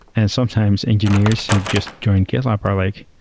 and sometimes engineers who just joined gitlab are like,